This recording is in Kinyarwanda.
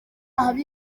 haba